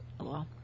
hello